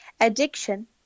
Addiction